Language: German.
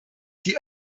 die